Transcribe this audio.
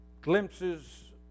glimpses